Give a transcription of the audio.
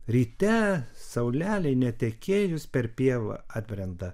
ryte saulelei netekėjus per pievą atbrenda